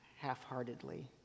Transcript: half-heartedly